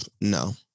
no